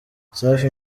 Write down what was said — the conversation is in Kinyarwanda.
safi